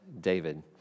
David